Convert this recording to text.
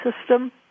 system